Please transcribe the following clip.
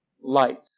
light